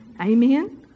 Amen